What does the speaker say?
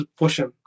portion